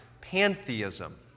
pantheism